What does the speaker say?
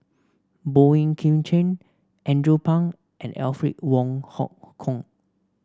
Boey Kim Cheng Andrew Phang and Alfred Wong Hong Kwok